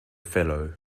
fellow